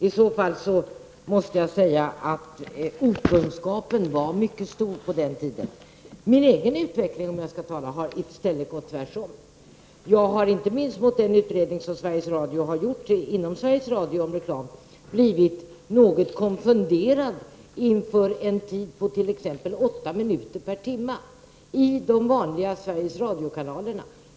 I annat fall måste jag säga att okunskapen var mycket stor på den tiden. Min egen utveckling har i stället gått i motsatt riktning. Inte minst mot bakgrund av den utredning som Sveriges Radio har gjort inom företaget om reklam har jag blivit något konfunderad inför t.ex. en reklamtid på åtta minuter per timme i Sveriges Radios egna kanaler.